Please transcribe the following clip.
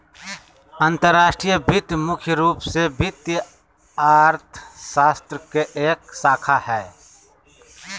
अंतर्राष्ट्रीय वित्त मुख्य रूप से वित्तीय अर्थशास्त्र के एक शाखा हय